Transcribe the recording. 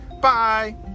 Bye